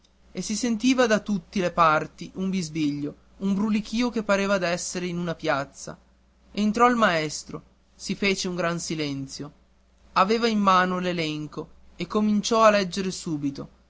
e si sentiva da tutte le parti un bisbiglio un brulichìo che pareva d'essere in una piazza entrò il maestro si fece un grande silenzio aveva in mano l'elenco e cominciò a leggere subito